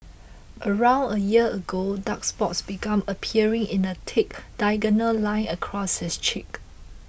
around a year ago dark spots began appearing in a thick diagonal line across his cheek